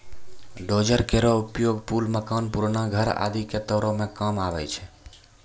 dozer केरो उपयोग पुल, मकान, पुराना घर आदि क तोरै म काम आवै छै